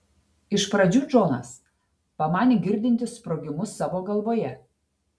iš pradžių džonas pamanė girdintis sprogimus savo galvoje